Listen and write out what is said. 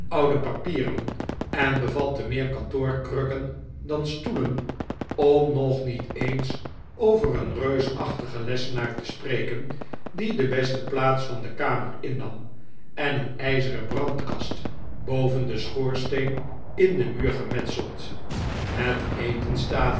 oude papieren en bevatte meer kantoorkrukken dan stoelen om nog niet eens over een reusachtigen lessenaar te spreken die de beste plaats van de kamer innam en een ijzeren brandkast boven den schoorsteen in den muur gemetseld het etenstafeltje